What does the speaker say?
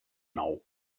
nou